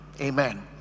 Amen